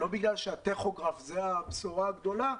לא בגלל שהטכוגרף זו הבשורה הגדולה,